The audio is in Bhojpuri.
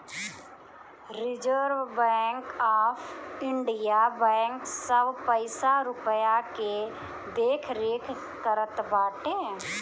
reserve Bank of India bank सब पईसा रूपया के देखरेख करत बाटे